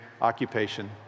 occupation